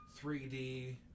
3D